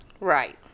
Right